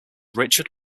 richard